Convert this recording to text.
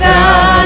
God